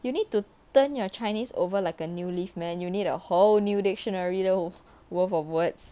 you need to turn your chinese over like a new leaf man you need a whole new dictionary worth of words